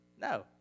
No